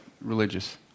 religious